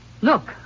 Look